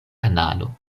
kanalo